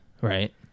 right